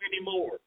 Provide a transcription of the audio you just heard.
anymore